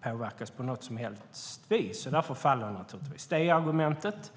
påverkas på något som helst vis, och därför faller naturligtvis det argumentet.